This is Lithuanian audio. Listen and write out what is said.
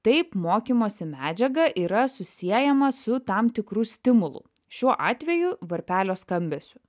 taip mokymosi medžiaga yra susiejama su tam tikru stimulu šiuo atveju varpelio skambesiu